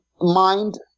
Mind